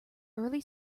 early